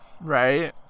Right